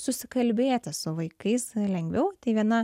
susikalbėti su vaikais lengviau tai viena